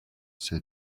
said